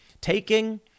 taking